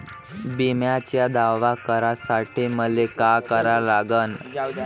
बिम्याचा दावा करा साठी मले का करा लागन?